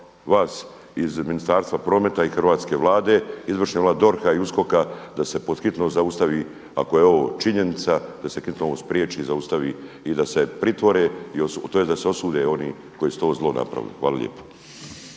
vas iz Ministarstva prometa i hrvatske Vlade, izvršne, DORH-a i USKOK-a da se pod hitno zaustavi ako je ovo činjenica da se hitno ovo spriječi i zaustavi i da se pritvore tj. da se osude oni koji su to zlo napravili. Hvala lijepo.